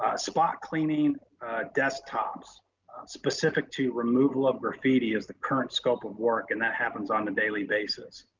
spot cleaning desktops specific to removal of graffiti is the current scope of work, and that happens on a daily basis.